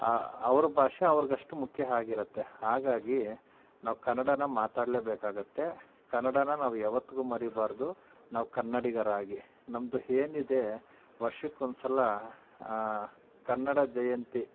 ಅವ್ರ ಭಾಷೆ ಅವ್ರಿಗಷ್ಟು ಮುಖ್ಯ ಆಗಿರುತ್ತೆ ಹಾಗಾಗಿ ನಾವು ಕನ್ನಡಾನ ಮಾತಾಡಲೇ ಬೇಕಾಗುತ್ತೆ ಕನ್ನಡನ ನಾವು ಯಾವತ್ತಿಗೂ ಮರಿಬಾರದು ನಾವು ಕನ್ನಡಿಗರಾಗಿ ನಮ್ಮದು ಏನಿದೆ ವರ್ಷಕೊಂದ್ಸಲ ಕನ್ನಡ ಜಯಂತಿ